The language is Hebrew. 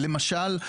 למשל,